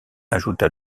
ajouta